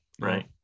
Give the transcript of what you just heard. right